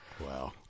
Wow